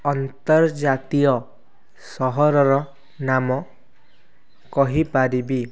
ଅନ୍ତର୍ଜାତୀୟ ସହରର ନାମ କହିପାରିବି